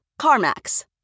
CarMax